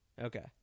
Okay